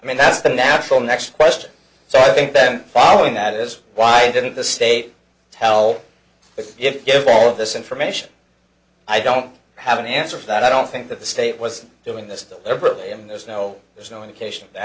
i mean that's the natural next question so i think then following that is why didn't the state tell me if all of this information i don't have an answer for that i don't think that the state was doing this deliberately i mean there's no there's no indication